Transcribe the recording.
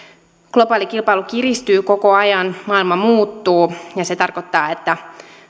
globaali kilpailu kiristyy koko ajan maailma muuttuu ja se tarkoittaa että